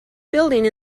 building